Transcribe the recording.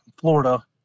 Florida